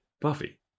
Buffy